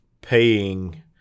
paying